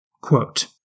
Quote